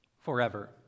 forever